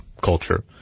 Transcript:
culture